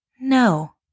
no